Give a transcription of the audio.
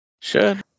Sure